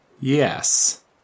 Yes